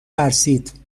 ترسید